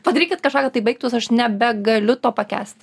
padarykit kažką kad tai baigtus aš nebegaliu to pakęst